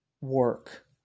work